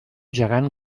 gegant